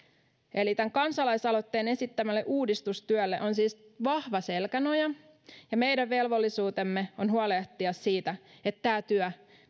eli tämän kansalaisaloitteen esittämälle uudistustyölle on siis vahva selkänoja ja meidän velvollisuutemme on huolehtia siitä että tämä työ